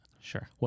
Sure